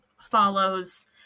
follows